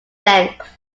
length